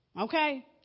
Okay